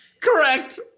correct